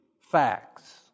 facts